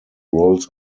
rolls